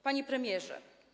Panie Premierze!